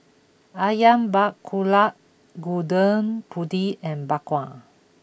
Ayam Buah Keluak Gudeg Putih and Bak Kwa